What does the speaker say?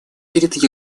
перед